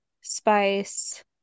spice